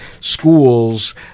schools